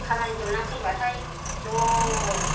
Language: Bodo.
खामानि जोबनानै फैबाथाय ज'